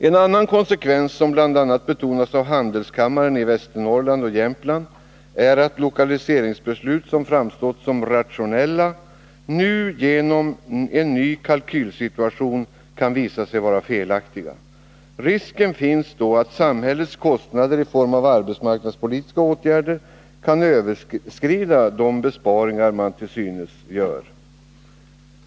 En annan konsekvens som bl.a. betonats av handelskammaren i Västernorrland och Jämtland är att lokaliseringsbeslut som framstått som rationella, nu genom en ny kalkylsituation kan visa sig vara felaktiga. Risken finns då att samhällets kostnader i form av arbetsmarknadspolitiska åtgärder kan överstiga de besparingar man till synes gör.